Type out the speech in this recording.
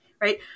right